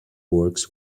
works